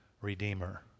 redeemer